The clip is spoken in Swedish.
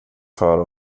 för